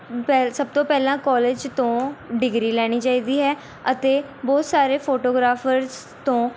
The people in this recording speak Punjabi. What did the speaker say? ਪਹਿ ਸਭ ਤੋਂ ਪਹਿਲਾਂ ਕੋਲਜ ਤੋਂ ਡਿਗਰੀ ਲੈਣੀ ਚਾਹੀਦੀ ਹੈ ਅਤੇ ਬਹੁਤ ਸਾਰੇ ਫੋਟੋਗ੍ਰਾਫਰਸ ਤੋਂ